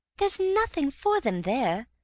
there's nothing for them there.